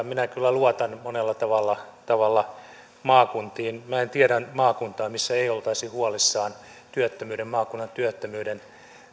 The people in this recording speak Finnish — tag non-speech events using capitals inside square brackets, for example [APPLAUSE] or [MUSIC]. [UNINTELLIGIBLE] minä kyllä luotan monella tavalla tavalla maakuntiin minä en tiedä maakuntaa missä ei oltaisi huolissaan maakunnan työttömyyden